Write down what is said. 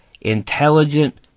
intelligent